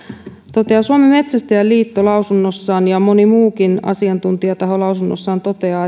suomen metsästäjäliitto lausunnossaan ja moni muukin asiantuntijataho lausunnossaan toteaa